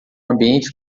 ambiente